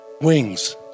wings